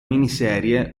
miniserie